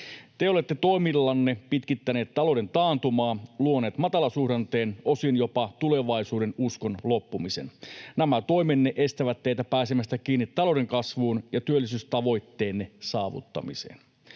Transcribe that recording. Te olette toimillanne pitkittäneet talouden taantumaa sekä luoneet matalasuhdanteen ja osin jopa tulevaisuudenuskon loppumisen. Nämä toimenne estävät teitä pääsemästä kiinni talouden kasvuun ja työllisyystavoitteenne saavuttamiseen.